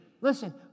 Listen